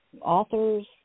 authors